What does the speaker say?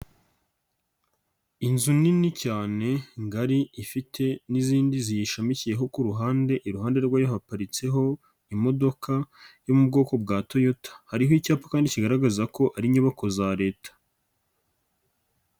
Inzu nini cyane ngari ifite n'izindi ziyishamikiyeho ku ruhande, iruhande rwayo haparitseho imodoka yo mu bwoko bwa Toyota, hariho icyapa kandi kigaragaza ko ari inyubako za Leta.